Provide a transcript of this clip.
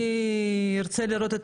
אני ארצה לראות את